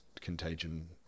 contagion